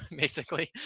basically,